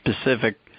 specific